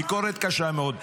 ביקורת קשה מאוד.